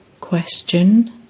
Question